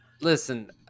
Listen